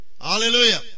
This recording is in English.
Hallelujah